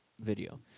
video